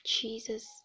Jesus